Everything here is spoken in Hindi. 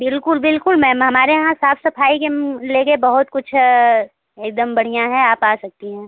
बिल्कुल बिल्कुल मैम हमारे यहाँ साफ सफाई के ले कर बहुत कुछ एकदम बढ़िया है आप आ सकती हैं